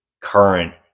current